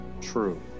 True